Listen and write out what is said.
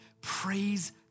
praise